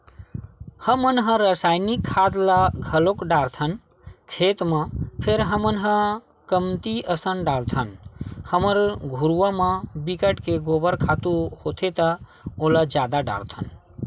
हमन ह रायसायनिक खाद ल घलोक डालथन खेत म फेर हमन ह कमती असन डालथन हमर घुरूवा म बिकट के गोबर खातू होथे त ओला जादा डारथन